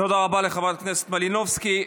תודה רבה לחברת הכנסת מלינובסקי.